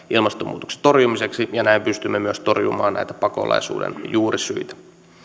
ilmastonmuutoksen torjumiseksi ja näin pystymme myös torjumaan näitä pakolaisuuden juurisyitä